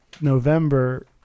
November